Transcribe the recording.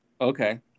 Okay